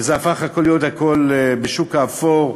וזה הפך להיות הכול בשוק האפור,